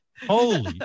Holy